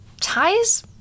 ties